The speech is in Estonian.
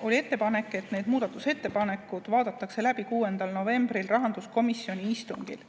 Oli ettepanek, et need muudatusettepanekud vaadataks läbi 6. novembril rahanduskomisjoni istungil.